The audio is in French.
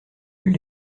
plus